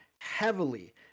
heavily